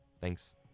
Thanks